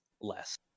less